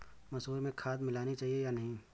मसूर में खाद मिलनी चाहिए या नहीं?